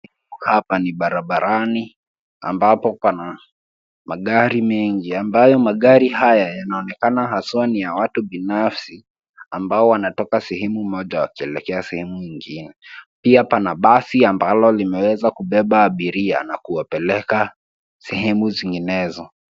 Hapa ni barabarani ambapo pana magari mengi, ambayo magari haya yanaonekana haswaa ni ya watu binafsi ambao wanatoka sehemu moja wakielekea sehemu ingine. Pia pana basi ambalo limeweza kubeba abiria na kuwapeleka sehemu zinginezo.